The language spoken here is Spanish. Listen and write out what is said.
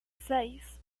seis